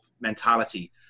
mentality